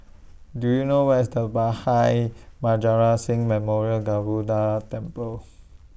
Do YOU know Where IS The Bhai Maharaj Singh Memorial Temple